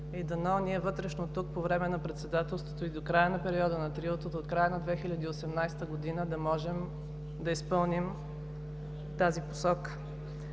и дано ние вътрешно тук по време на председателството и до края на периода на Триото, до края на 2018 г. да можем да изпълним тази посока.